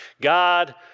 God